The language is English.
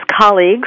colleagues